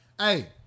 Hey